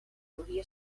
hauria